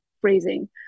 phrasing